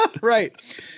Right